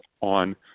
on